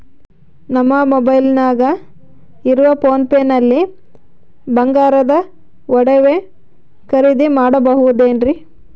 ನಮ್ಮ ಮೊಬೈಲಿನಾಗ ಇರುವ ಪೋನ್ ಪೇ ನಲ್ಲಿ ಬಂಗಾರದ ಒಡವೆ ಖರೇದಿ ಮಾಡಬಹುದೇನ್ರಿ?